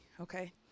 okay